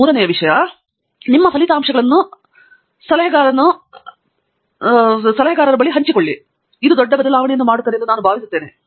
ಮತ್ತು ಮೂರನೆಯ ವಿಷಯವೆಂದರೆ ನಿಮ್ಮ ಫಲಿತಾಂಶಗಳನ್ನು ಸಲಹೆಗಾರನು ದೊಡ್ಡ ಬದಲಾವಣೆಯನ್ನು ಹಂಚಿಕೊಳ್ಳುತ್ತಿದ್ದಾನೆಂದು ನಾನು ಭಾವಿಸುತ್ತೇನೆ